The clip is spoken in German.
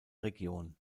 region